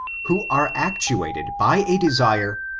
who are actuated by a desire,